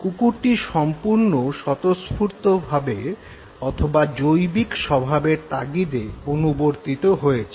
কুকুরটি সম্পূর্ণ স্বতঃস্ফূর্তভাবে অথবা জৈবিক স্বভাবের তাগিদে অনুবর্তিত হয়েছে